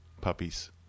puppies